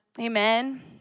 Amen